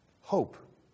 hope